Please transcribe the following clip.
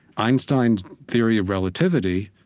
einstein's theory of relativity,